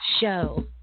show